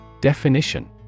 Definition